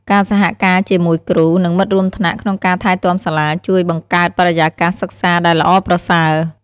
ការសហការជាមួយគ្រូ និងមិត្តរួមថ្នាក់ក្នុងការថែទាំសាលា ជួយបង្កើតបរិយាកាសសិក្សាដែលល្អប្រសើរ។